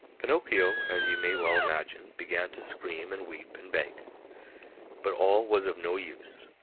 pinocchio, as you may well imagine, began to scream and weep and beg but all was of no use,